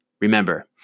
Remember